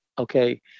Okay